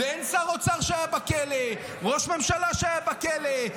ואין שר אוצר שהיה בכלא,